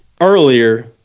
earlier